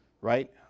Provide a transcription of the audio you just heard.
right